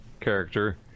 character